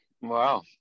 Wow